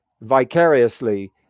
vicariously